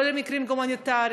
"לא" למקרים הומניטריים,